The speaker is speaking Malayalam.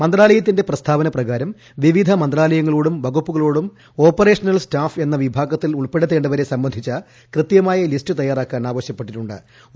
മന്ത്രാലയത്തിന്റെ പ്രസ്താവന പ്രകാരം വിവ്വിധ മന്ത്രാലയങ്ങളോടും വകുപ്പുകളോടും ഓപ്പറേഷണൽ സ്റ്റാഫ് എന്ന വിഭാഗത്തിൽ ഉൾപ്പെടുത്തേ വരെ സംബന്ധിച്ച കൃത്യമായ ലിസ്റ്റ് തയാറാക്കാൻ ആവശ്യപ്പെട്ടിട്ടു ്